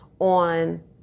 on